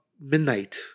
midnight